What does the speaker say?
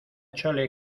chole